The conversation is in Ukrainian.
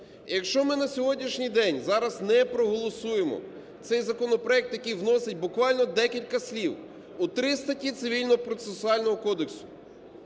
якщо ми на сьогоднішній день зараз не проголосуємо цей законопроект, який вносить буквально декілька слів у три статті